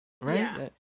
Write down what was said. right